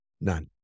None